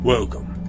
Welcome